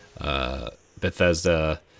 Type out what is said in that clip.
Bethesda